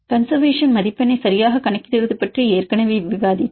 conservation மதிப்பெண்ணை சரியாக கணக்கிடுவது பற்றி ஏற்கனவே விவாதித்தோம்